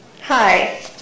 Hi